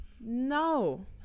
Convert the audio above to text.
No